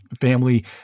family